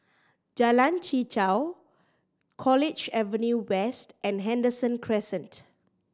Jalan Chichau College Avenue West and Henderson Crescent